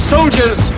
Soldiers